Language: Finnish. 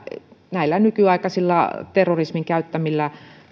näillä nykyaikaisilla terroristien käyttämillä